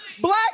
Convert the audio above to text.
black